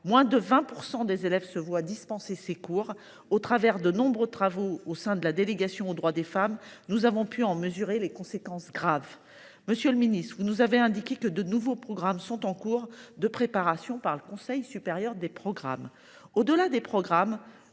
moins de 20 % des élèves se voient dispenser ces cours. À l’occasion des nombreux travaux qu’elle a menés, la délégation aux droits des femmes a pu en mesurer les conséquences graves. Monsieur le ministre, vous nous avez indiqué que de nouveaux programmes étaient en cours de préparation par le Conseil supérieur des programmes, mais, au delà des programmes,